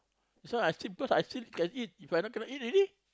this one I because I still can eat If I now cannot eat already